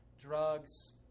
drugs